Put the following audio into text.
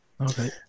Okay